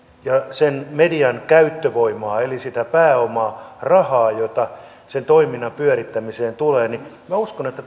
sen median käyttövoimaa eli sitä pääomaa rahaa jota sen toiminnan pyörittämiseen tulee niin minä uskon että